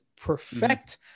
perfect